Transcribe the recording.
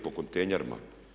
Po kontejnerima.